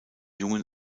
jungen